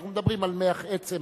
אנחנו מדברים על מח עצם,